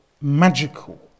magical